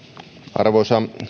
arvoisa